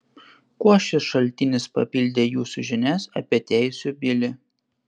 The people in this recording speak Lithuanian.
kuo šis šaltinis papildė jūsų žinias apie teisių bilį